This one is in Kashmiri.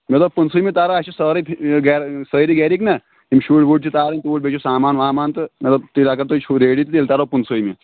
مےٚ دوٚپ پٕنژہٲیمہِ تَرو اَسہِ چھِ سٲرٕے سٲری گرِکۍ نا تِم شُرۍ وُرۍ چھِ تارٕنۍ توٗرۍ بیٚیہِ چھُ سامان وامان تہٕ مےٚ دوٚپ تیٚلہِ اگر تُہۍ چھُو رٮ۪ڈی تہٕ تیٚلہِ ترو پٕنژہٲیمہِ